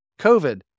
COVID